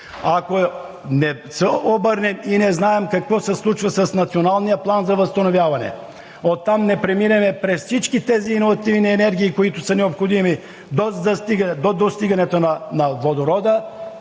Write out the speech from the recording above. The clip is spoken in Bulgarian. Ако не се обърнем и не знаем какво се случва с Националния план за възстановяване, оттам не преминем през всички тези иновативни енергии, които са необходими до достигането на водорода,